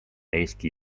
eesti